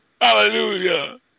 Hallelujah